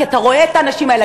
כי אתה רואה את האנשים האלה,